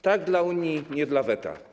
Tak - dla Unii, nie - dla weta.